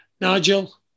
Nigel